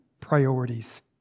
priorities